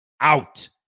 out